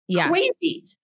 Crazy